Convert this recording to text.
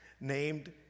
named